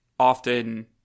Often